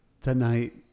tonight